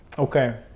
Okay